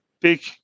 big